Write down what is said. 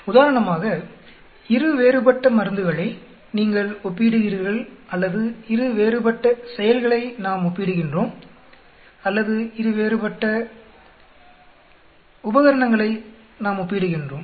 உதாரணமாக இரு வேறுபட்ட மருந்துகளை நீங்கள் ஒப்பீடுகிறீர்கள் அல்லது இரு வேறுபட்ட செயல்களை நாம் ஒப்பீடுகின்றோம் அல்லது இரு வேறுபட்ட உபகரணங்களை நாம் ஒப்பீடுகின்றோம்